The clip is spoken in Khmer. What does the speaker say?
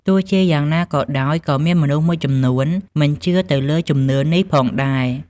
ទោះបីជាយ៉ាងណាក៏ដោយ ក៏មានមនុស្សមួយចំនួនមិនជឿទៅលើជំនឿនេះផងដែរ។